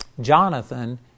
Jonathan